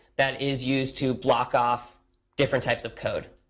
that is used to block off different types of code.